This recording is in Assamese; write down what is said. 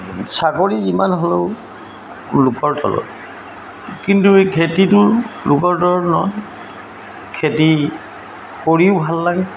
চাকৰি যিমান হ'লেও লোকৰ তলত কিন্তু এই খেতিটো লোকৰ তলৰ নহয় খেতি কৰিও ভাল লাগে